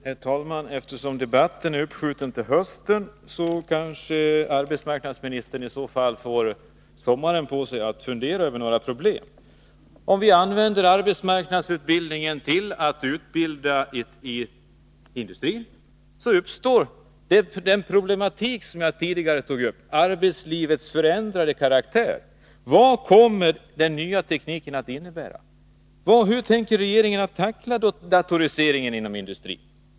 Herr talman! Eftersom debatten är uppskjuten till hösten får kanske arbetsmarknadsministern sommaren på sig att fundera över några problem. Om vi inriktar arbetsmarknadsutbildningen på industrin, uppstår det problem som jag tidigare tog upp, nämligen förändringen av arbetslivets karaktär. Vad kommer den nya tekniken att innebära? Hur tänker regeringen tackla datoriseringen inom industrin?